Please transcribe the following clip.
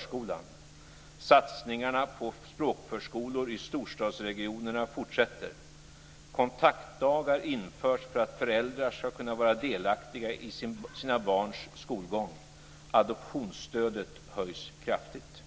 5 Satsningarna på språkförskolor i storstadsregionerna fortsätter. Kontaktdagar införs för att föräldrar ska kunna vara delaktiga i sina barns skolgång. Adoptionsstödet höjs kraftigt.